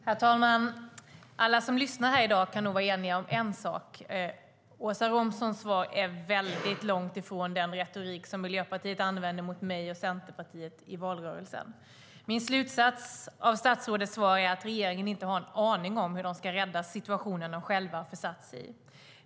Herr talman! Alla som lyssnar här i dag kan nog vara eniga om en sak: Åsa Romsons svar är väldigt långt ifrån den retorik som Miljöpartiet använde mot mig och Centerpartiet i valrörelsen. Min slutsats av statsrådets svar är att regeringen inte har en aning om hur man ska rädda den situation som man själv har försatt sig i.